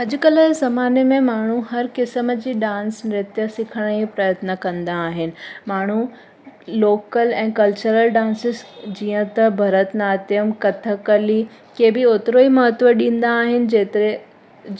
अॼु कल्ह जे ज़माने में माण्हू हर क़िस्म जी डान्स नृत्य सिखणु जी प्रयत्न कंदा आहिनि माण्हू लोकल ऐं कल्चरल डान्सीस जीअं त भरतनाट्यम कथकली खे बि एतिरो ई महत्व ॾींदा आहिनि जेतिरे